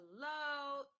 hello